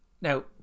now